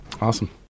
Awesome